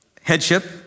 headship